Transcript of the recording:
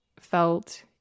felt